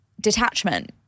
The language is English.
Detachment